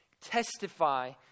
testify